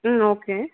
ம் ஓகே